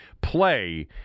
play